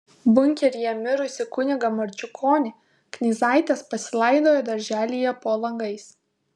bunkeryje mirusį kunigą marčiukonį knyzaitės pasilaidojo darželyje po langais